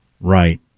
Right